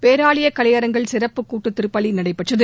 பேராலய கலையரங்கில் சிறப்பு கூட்டுத் திருப்பலி நடைபெற்றது